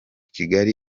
kigali